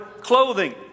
clothing